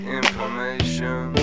information